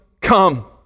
come